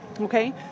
Okay